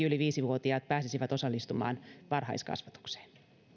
yli viisi vuotiaat pääsisivät osallistumaan varhaiskasvatukseen